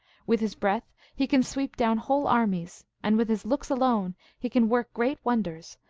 with his breath he can sweep down whole armies, and with his looks alone he can work great wonders,